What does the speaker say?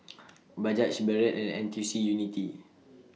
Bajaj Barrel and N T C Unity